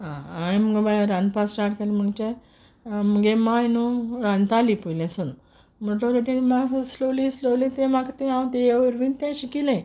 आं हांये मुगो बाय रांदपाक स्टार्ट केल म्हुणचे मुगे माय न्हू रांदताली पोयली सून म्हुणटोकोच तेयेन म्हाक स्लोली स्लोली तें म्हाक ती हांव तेये वोरवीं तें शिकिलें